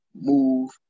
move